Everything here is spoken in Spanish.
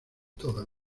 toda